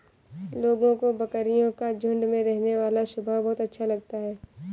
लोगों को बकरियों का झुंड में रहने वाला स्वभाव बहुत अच्छा लगता है